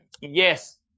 yes